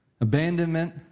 abandonment